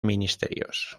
ministerios